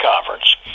conference